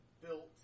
Built